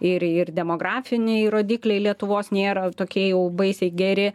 ir ir demografiniai rodikliai lietuvos nėra tokie jau baisiai geri